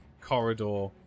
corridor